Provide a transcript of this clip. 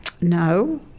No